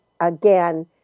again